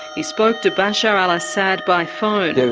he spoke to bashar al assad by phone.